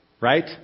Right